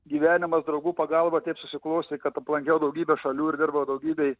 gyvenimas draugų pagalba taip susiklostė kad aplankiau daugybę šalių dirbau daugybėj